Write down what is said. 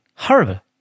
Horrible